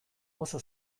oso